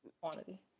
quantity